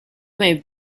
may